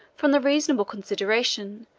from the reasonable consideration,